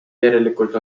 järelikult